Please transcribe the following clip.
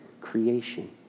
creation